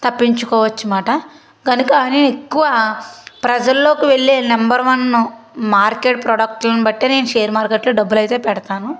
తప్పించుకోవచ్చు మాట గనుక నేను ఎక్కువ ప్రజల్లోకి వెళ్ళే నంబర్ వన్ మార్కెట్ ప్రోడక్ట్లని బట్టే నేను షేర్ మార్కెట్లో డబ్బులు అయితే పెడతాను